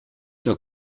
nur